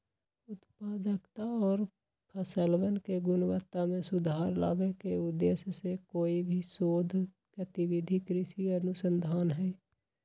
उत्पादकता और फसलवन के गुणवत्ता में सुधार लावे के उद्देश्य से कोई भी शोध गतिविधि कृषि अनुसंधान हई